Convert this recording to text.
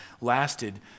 lasted